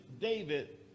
David